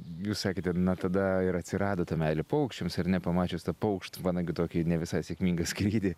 jūs sakėte na tada ir atsirado ta meilė paukščiams ar ne pamačius tą paukštvanagio tokį ne visai sėkmingą skrydį